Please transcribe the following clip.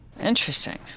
Interesting